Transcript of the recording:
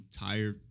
entire